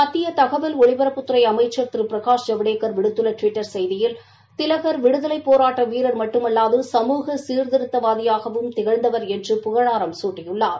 மத்திய தகவல் ஒலிபரப்புத்துறை அமைச்சர் திரு பிரகாஷ் ஜவடேக்கர் விடுத்துள்ள டுவிட்டர் செய்தியில் திலகர் விடுதலைப் போராட்ட வீரர் மட்டுமல்லாது சமூக சீர்திருத்தவாதியாகவும் திகழ்ந்தவர் என்று புகழாரம் சூட்டியுள்ளார்